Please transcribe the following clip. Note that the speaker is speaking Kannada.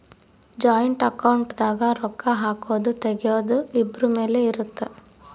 ಜಾಯಿಂಟ್ ಅಕೌಂಟ್ ದಾಗ ರೊಕ್ಕ ಹಾಕೊದು ತೆಗಿಯೊದು ಇಬ್ರು ಮೇಲೆ ಇರುತ್ತ